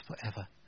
forever